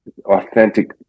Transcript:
authentic